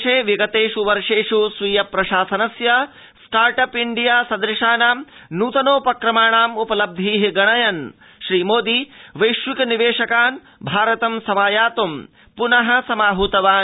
देशे विगतेष् वर्षेष् स्वीय प्रशासनस्य स्टार्टअप् इण्डिया सदूशानाम् नूतनोपक्रमाणाम् उपलब्धी गणयन् श्रीमोदी वैश्विक निवेशकान् भारतं समायातूं पुन सोत्साहं समाहृतवान्